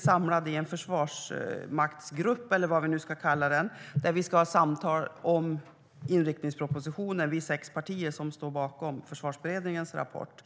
samlats i en försvarsmaktsgrupp, eller vad den nu ska kallas, där vi ska diskutera inriktningspropositionen. Vi är sex partier som står bakom Försvarsberedningens rapport.